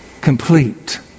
complete